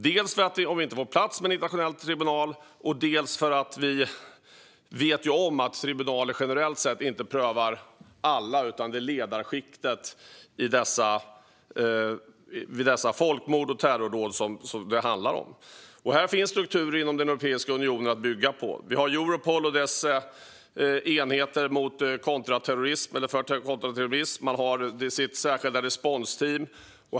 Det gäller dels om det inte går att få en internationell tribunal på plats, dels för att vi vet att tribunaler generellt sett inte prövar alla utan bara ledarskiktet för folkmord och terrordåd. Det finns strukturer inom Europeiska unionen att bygga på. Vi har Europol och dess enheter för kontraterrorism där man har sitt särskilda responsteam.